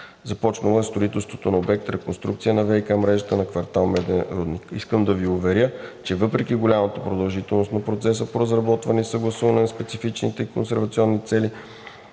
Започнало е строителството на обект за реконструкция на ВиК мрежата на квартал „Меден рудник“. Искам да Ви уверя, че въпреки голямата продължителност на процеса по разработване и съгласуване на специфичните консервационни цели